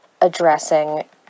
addressing